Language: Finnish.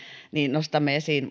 nostamme esiin